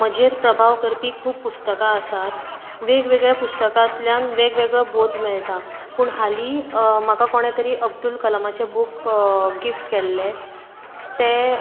म्हजेर प्रभाव करपी खूब पुस्तकां आसात वेगवेगळ्या पुस्तकांतल्यान वेगवेगळो बोध मेळटा पूण हालीं म्हाका कोणें तरी अब्दूल कलामाचे बूक गीफ्ट केल्ले ते